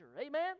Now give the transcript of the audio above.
Amen